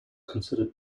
considered